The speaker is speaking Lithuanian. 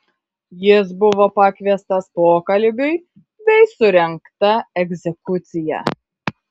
jis buvo pakviestas pokalbiui bei surengta egzekucija